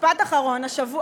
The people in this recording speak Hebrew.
משפט אחרון, תודה.